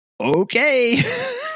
okay